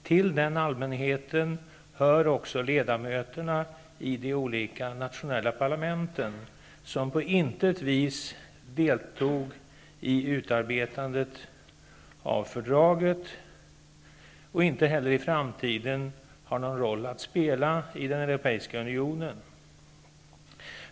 Till den allmänhet som då fick del av den hör också ledamöterna i de olika nationella parlamenten, som på intet vis deltog i utarbetandet av fördraget, och som inte heller i framtiden har någon roll att spela i den europeiska unionen.